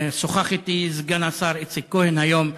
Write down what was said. שוחח אתי סגן השר איציק כהן היום,